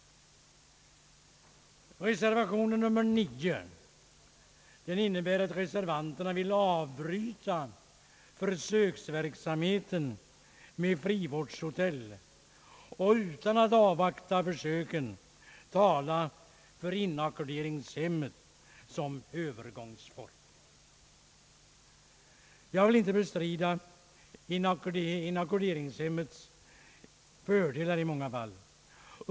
Reservation nr 9 innebär att reservanterna vill avbryta försöksverksamheten med frivårdshotell och utan att avvakta försöken talar för inackorderingshemmet som övergångsform. Jag vill inte bestrida inackorderingshemmets fördelar i många fall.